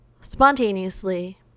spontaneously